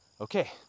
okay